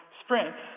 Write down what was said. sprints